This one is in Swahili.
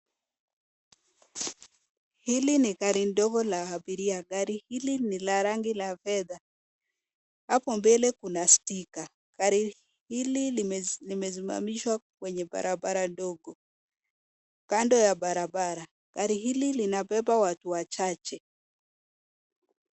Hili ni gari ndogo la abiria. Gari hili ni la rangi la fedha. Hapo mbele kuna stika. Gari hili limesimamishwa kwenye barabara ndogo kando ya barabara. Gari hili linabeba watu wachache.